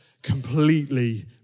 Completely